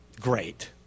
great